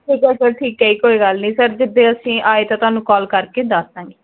ਠੀਕ ਹੈ ਸਰ ਠੀਕ ਹੈ ਕੋਈ ਗੱਲ ਨਹੀਂ ਸਰ ਜਿੱਦੇ ਅਸੀਂ ਆਏ ਤਾਂ ਤੁਹਾਨੂੰ ਕਾਲ ਕਰਕੇ ਦੱਸ ਦਾਂਗੇ